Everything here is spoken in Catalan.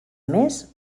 més